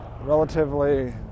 relatively